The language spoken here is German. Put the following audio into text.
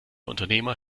unternehmer